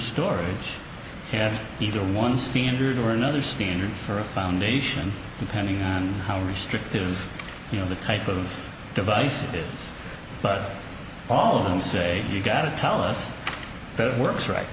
storage have either one standard or another standard for a foundation depending on how restrictive you know the type of device it is but all of them say you gotta tell us that it works right